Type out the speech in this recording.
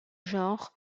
genre